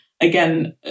again